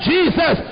Jesus